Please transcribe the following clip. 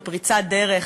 בפריצת דרך,